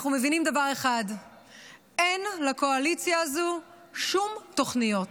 אנחנו מבינים דבר אחד: אין לקואליציה הזאת שום תוכניות.